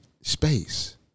space